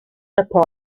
nippon